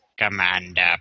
Commander